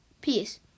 peace